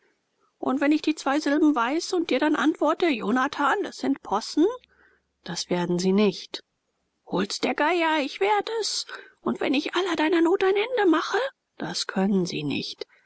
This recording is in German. und wann ich die zwei silben weiß und dir dann antworte jonathan das sind possen das werden sie nicht hol's der geier ich werd es und wenn ich aller deiner not ein ende mache das können sie nicht